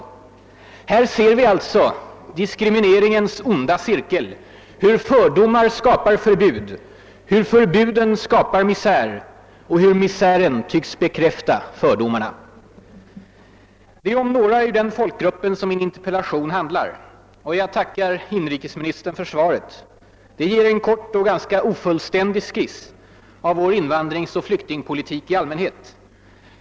Här ser vi alltså diskrimineringens onda cirkel: hur fördomar skapar förbud, hur förbuden skapar misär och hur misären tycks bekräfta fördomarna. Det är om några ur den folkgruppen som min interpellation handlar. Jag tackar inrikesministern för svaret. Det ger en kort och ganska ofullständig skiss av vår invandringsoch flyktingpolitik i allmänhet.